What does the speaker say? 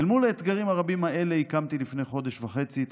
אל מול האתגרים הרבים האלה הקמתי לפני חודש וחצי את